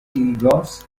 igos